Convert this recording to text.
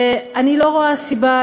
אני לא רואה סיבה,